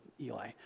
Eli